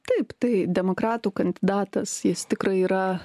taip tai demokratų kandidatas jis tikrai yra